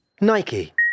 Nike